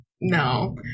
no